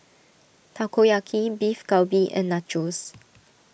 Takoyaki Beef Galbi and Nachos